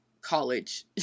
college